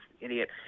idiot